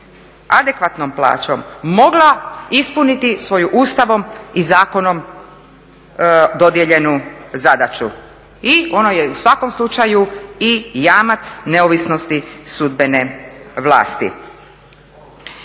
adekvatnom plaćom mogla ispuniti svoju Ustavom i zakonom dodijeljenu zadaću. I ono je u svakom slučaju i jamac neovisnosti sudbene vlasti.